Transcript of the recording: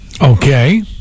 Okay